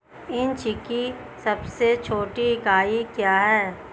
Inch की सबसे छोटी इकाई क्या है?